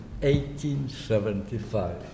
1875